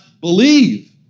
believe